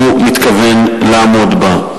הוא מתכוון לעמוד בה,